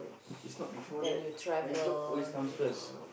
is not before that my job always comes first